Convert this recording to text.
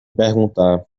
perguntar